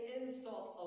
insult